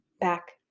back